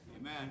Amen